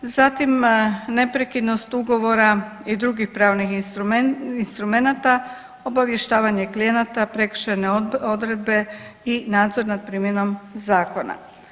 Zatim, neprekidnost ugovora i drugih pravnih instrumenata, obavještavanje klijenata, prekršajne odredbe i nadzor nad primjenom Zakona.